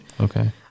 Okay